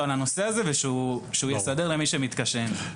על הנושא הזה ושהוא יסדר למי שמתקשה עם זה.